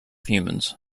humans